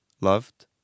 Loved